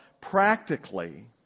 practically